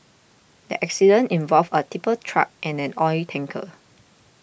the accident involved a tipper truck and an oil tanker